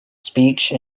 speech